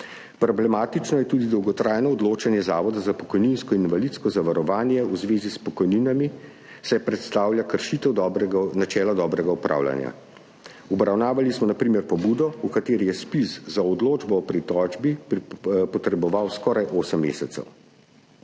Problematično je tudi dolgotrajno odločanje Zavoda za pokojninsko in invalidsko zavarovanje v zvezi s pokojninami, saj predstavlja kršitev načela dobrega upravljanja. Obravnavali smo na primer pobudo, v kateri je ZPIZ za odločbo o pritožbi potreboval skoraj osem mesecev.